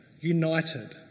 united